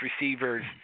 receivers